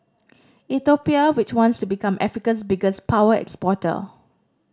Ethiopia which wants to become Africa's biggest power exporter